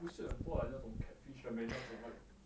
不是很多 like 那种 catfish 的 meh 那种 like like